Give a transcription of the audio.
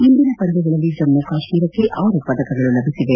ಇಂದಿನ ಪಂದ್ಯಗಳಲ್ಲಿ ಜಮ್ಮ ಕಾಶ್ಮೀರಕ್ಷೆ ಆರು ಪದಕಗಳು ಲಭಿಸಿದೆ